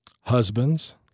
Husbands